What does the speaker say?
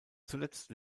zuletzt